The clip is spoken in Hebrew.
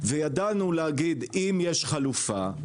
לסגור את חצור?